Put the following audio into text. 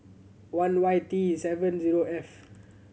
one Y T seven zero F